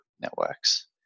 networks